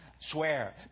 swear